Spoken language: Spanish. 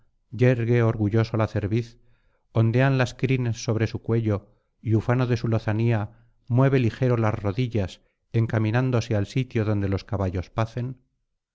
yergue orgulloso la cerviz ondean las crines sobre su cuello y ufano de su lozanía mueve ligero las rodillas encaminándose al sitio donde los caballos pacen